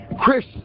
Chris